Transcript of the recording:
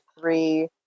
three